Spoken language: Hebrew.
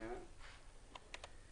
אני אשמח.